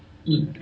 ya